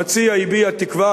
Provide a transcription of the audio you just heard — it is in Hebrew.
המציע הביע תקווה,